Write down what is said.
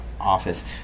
office